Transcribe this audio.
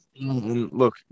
Look